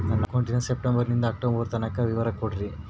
ನನ್ನ ಅಕೌಂಟಿನ ಸೆಪ್ಟೆಂಬರನಿಂದ ಅಕ್ಟೋಬರ್ ತನಕ ವಿವರ ಕೊಡ್ರಿ?